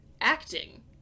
acting